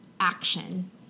action